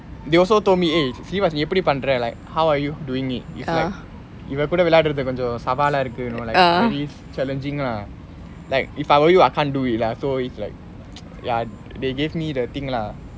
they also told me eh feevas எப்படி பன்ற:eppadi pandra like how are you doing it it's like இவகூட விளையாடுரது கொன்ஜம் சவாலா இருக்கு:ivakuda vilayaaduradhu konjam savaalaa irukku you know like very challenging lah like if I were you I can't do it lah so it's like ya they gave me the thing lah